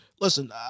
listen